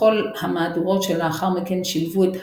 כל המהדורות שלאחר מכן שילבו את הגהותיו.